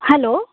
hello